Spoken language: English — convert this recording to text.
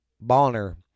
Bonner